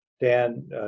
Dan